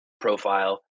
profile